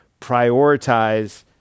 prioritize